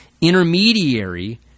intermediary